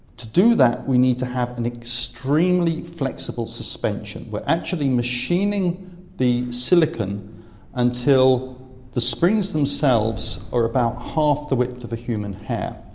to do that we need to have an extremely flexible suspension. we're actually machining the silicon until the springs themselves are about half the width of a human hair.